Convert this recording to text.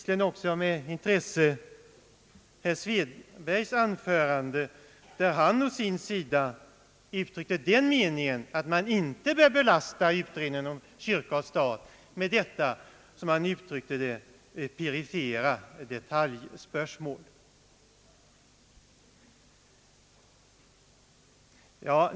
Jag hörde också med intresse på herr Svedbergs anförande, där han å sin sida hävdade att man inte bör belasta utredningen om kyrka och stat med detta, helgdagar som han uttrycker det, perifera detaljspörsmål.